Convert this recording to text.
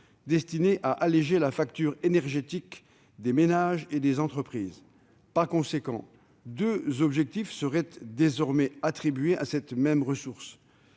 destiné à alléger la facture énergétique des ménages et des entreprises. Par conséquent, deux objectifs seraient désormais attribués à cette même ressource